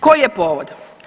Koji je povod?